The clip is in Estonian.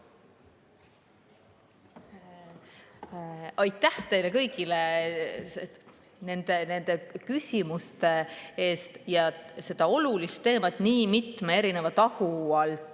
Aitäh teile kõigile nende küsimuste eest ja seda olulist teemat nii mitme tahu alt